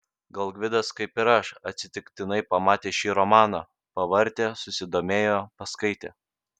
gal gvidas kaip ir aš atsitiktinai pamatęs šį romaną pavartė susidomėjo paskaitė